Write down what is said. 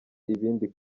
ibindi